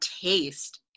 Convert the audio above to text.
taste